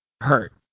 hurt